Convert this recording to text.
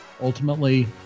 ultimately